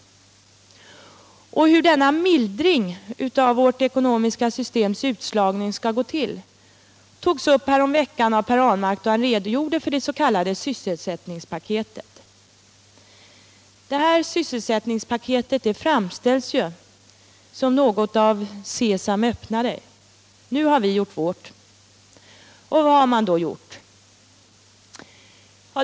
Hur denna ”mildring” av vårt ekonomiska systems utslagning skall gå till togs upp häromveckan av Per Ahlmark då han redogjorde för det s.k. sysselsättningspaketet. Detta sysselsättningspaket framställdes som något Sesam, öppna dig — nu har vi gjort vårt. Och vad har man då gjort?